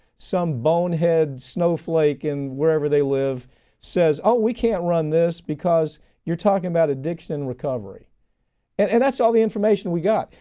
some bonehead snowflake in wherever they live says, oh, we can't run this because you're talking about addiction and recovery and and that's all the information we got.